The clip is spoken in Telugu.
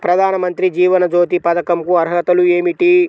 ప్రధాన మంత్రి జీవన జ్యోతి పథకంకు అర్హతలు ఏమిటి?